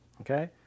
Okay